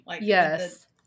Yes